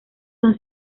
son